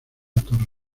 torre